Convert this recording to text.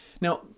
Now